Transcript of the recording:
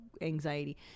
anxiety